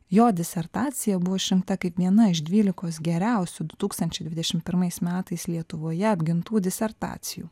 jo disertacija buvo išrinkta kaip viena iš dvylikos geriausių du tūkstančiai dvidešim pirmais metais lietuvoje apgintų disertacijų